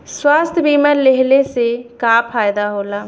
स्वास्थ्य बीमा लेहले से का फायदा होला?